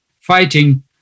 fighting